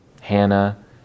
Hannah